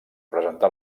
presentar